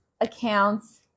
accounts